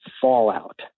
fallout